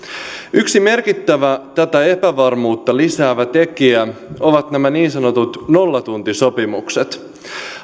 yksi merkittävä tätä epävarmuutta lisäävä tekijä on nämä niin sanotut nollatuntisopimukset